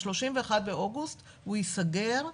ב-31 באוגוסט הוא ייסגר.